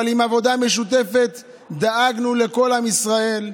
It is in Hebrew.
עם עבודה משותפת דאגנו לכל עם ישראל.